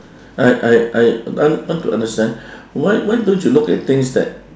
I I I want to understand why why don't you look at things that